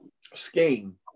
scheme